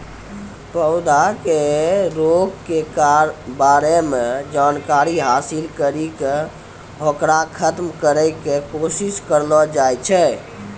पौधा के रोग के बारे मॅ जानकारी हासिल करी क होकरा खत्म करै के कोशिश करलो जाय छै